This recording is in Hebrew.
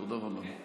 תודה רבה.